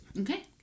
okay